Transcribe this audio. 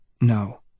No